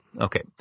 Okay